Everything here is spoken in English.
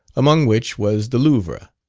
among which was the louvre.